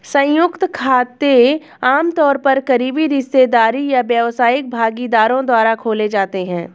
संयुक्त खाते आमतौर पर करीबी रिश्तेदार या व्यावसायिक भागीदारों द्वारा खोले जाते हैं